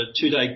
two-day